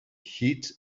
heat